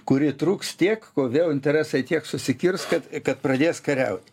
kuri truks tiek vėl interesai tiek susikirs kad kad pradės kariaut